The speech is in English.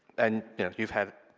and yeah you've had.